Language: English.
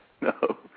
No